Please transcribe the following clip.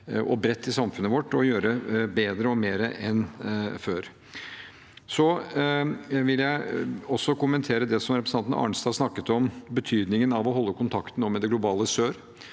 og bredt i samfunnet vårt, og gjøre bedre og mer enn før. Jeg vil også kommentere det som representanten Arnstad snakket om, betydningen av å holde kontakten også med det globale sør,